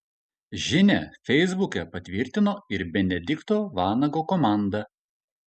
žinią feisbuke patvirtino ir benedikto vanago komanda